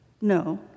No